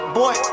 boy